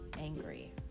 angry